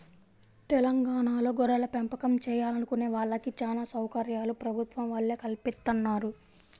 తెలంగాణాలో గొర్రెలపెంపకం చేయాలనుకునే వాళ్ళకి చానా సౌకర్యాలు ప్రభుత్వం వాళ్ళే కల్పిత్తన్నారు